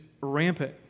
rampant